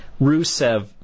Rusev